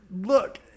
Look